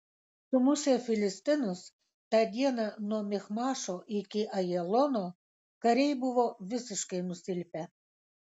sumušę filistinus tą dieną nuo michmašo iki ajalono kariai buvo visiškai nusilpę